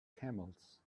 camels